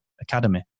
academy